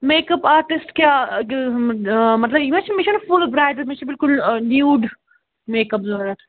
میٚک up آرٹِسٹہٕ کیٛاہ مطلب یہِ ما چھِ مےٚ چھِنہٕ فُل برٛایڈَل مےٚ چھِ بِلکُل نیٛوٗڈ میک اَپ ضروٗرت